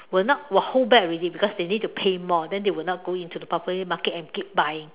will not will hold back already because they need to pay more then they will not go into the property market and keep buying